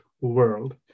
world